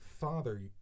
father